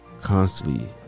constantly